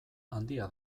handia